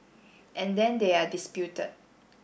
and then they are disputed